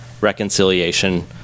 reconciliation